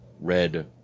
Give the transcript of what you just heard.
Red